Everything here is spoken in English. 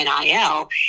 NIL